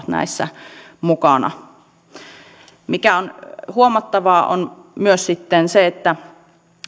näissä mukana se mikä on huomattavaa on sitten myös se että